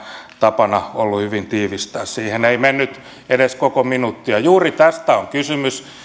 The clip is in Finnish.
tapana ollut hyvin tiivistää siihen ei mennyt edes koko minuuttia juuri tästä on kysymys